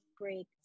break